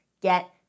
get